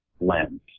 lens